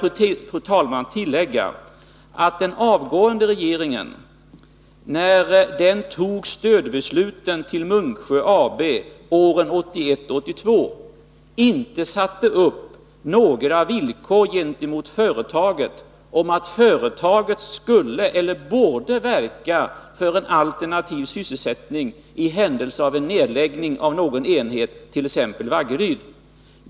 Jag vill tillägga att den avgående regeringen, när den fattade beslut om stöd till Munksjö AB åren 1981 och 1982, inte satte upp några villkor för företaget om att det skulle eller borde verka för en alternativ sysselsättning i händelse av nedläggning av någon enhet, t.ex. Vaggeryd.